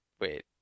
wait